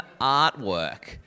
artwork